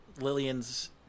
Lillian's